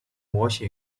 模型